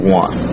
one